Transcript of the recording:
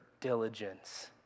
diligence